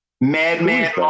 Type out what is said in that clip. Madman